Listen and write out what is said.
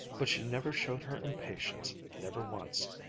but she never showed her impatience, never once.